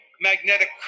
magnetic